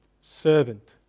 servant